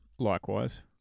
Likewise